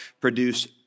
produce